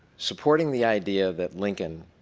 supporting the idea that lincoln